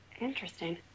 Interesting